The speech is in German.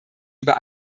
über